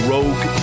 Rogue